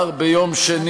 והיום יש חדשים,